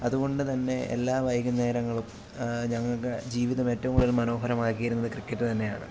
അതുകൊണ്ട് തന്നെ എല്ലാ വൈകുന്നേരങ്ങളും ഞങ്ങൾക്ക് ജീവിതം ഏറ്റവും കൂടുതൽ മനോഹരമാക്കി ഇരുന്നത് ക്രിക്കറ്റ് തന്നെയാണ്